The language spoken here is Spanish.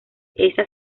esa